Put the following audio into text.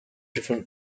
different